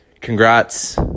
congrats